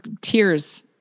tears